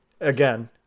again